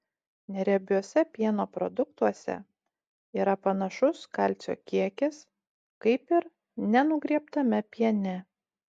neriebiuose pieno produktuose yra panašus kalcio kiekis kaip ir nenugriebtame piene